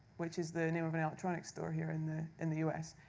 which is the name of an electronics store here in the in the us.